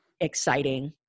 exciting